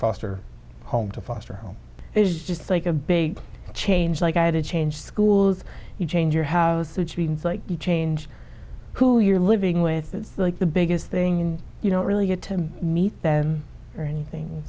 foster home to foster home is just like a big change like i had to change schools you change your house which means like you change who you're living with like the biggest thing and you don't really get to meet them or anything